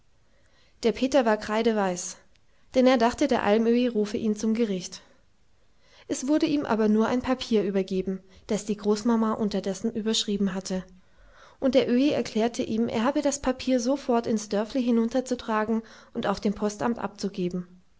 der peter war kreideweiß denn er dachte der almöhi rufe ihn zum gericht es wurde ihm aber nur ein papier übergeben das die großmama unterdessen überschrieben hatte und der öhi erklärte ihm er habe das papier sofort ins dörfli hinunterzutragen und auf dem postamt abzugeben